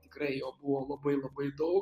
tikrai jo buvo labai labai daug